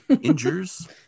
injures